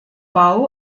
bau